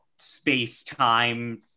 space-time